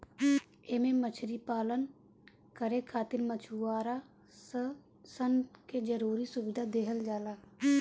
एमे मछरी पालन करे खातिर मछुआरा सन के जरुरी सुविधा देहल जाला